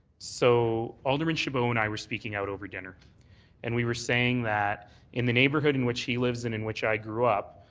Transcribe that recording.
so alderman chabot and i were speaking out over dinner and we were saying that in the neighbourhood in which he lives and in which i grew up,